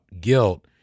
guilt